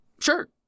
Sure